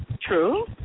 True